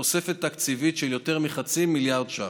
תוספת תקציבית של יותר מחצי מיליארד ש"ח.